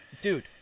Dude